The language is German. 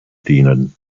dienen